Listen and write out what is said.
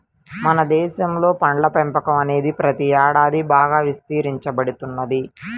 మన దేశంలో పండ్ల పెంపకం అనేది ప్రతి ఏడాది బాగా విస్తరించబడుతున్నది